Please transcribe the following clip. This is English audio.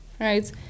right